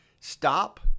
stop